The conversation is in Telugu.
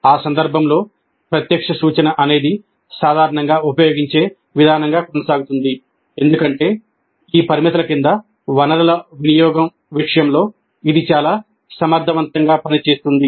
ఆ సందర్భంలో ప్రత్యక్ష సూచన అనేది సాధారణంగా ఉపయోగించే విధానంగా కొనసాగుతుంది ఎందుకంటే ఈ పరిమితుల క్రింద వనరుల వినియోగం విషయంలో ఇది చాలా సమర్థవంతంగా పనిచేస్తుంది